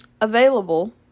available